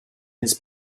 his